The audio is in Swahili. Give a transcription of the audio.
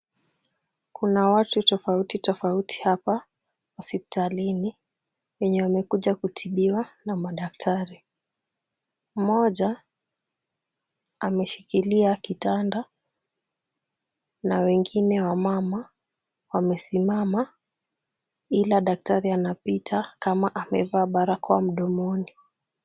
Kuna watu tofauti tofauti hapa hospitalini, wenye wamekuja kutibiwa na madaktari. Mmoja ameshikilia kitanda na wengine wamama wamesimama, ila daktari anapita kama amevaa barakoa mdomoni.